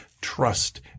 trust